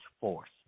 force